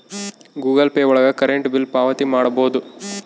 Google Pay ಒಳಗ current bill ಪಾವತಿ ಮಾಡ್ಬೋದು